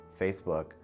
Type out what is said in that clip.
Facebook